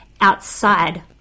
outside